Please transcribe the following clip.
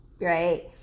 Right